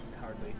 Hardly